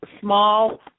small